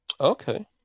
Okay